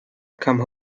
come